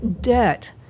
debt